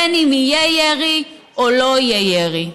בין אם יהיה ירי או לא יהיה ירי,